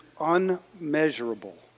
unmeasurable